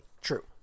True